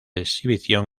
exhibición